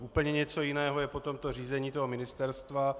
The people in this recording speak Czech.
Úplně něco jiného je potom to řízení ministerstva.